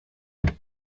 adam